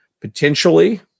Potentially